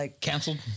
Canceled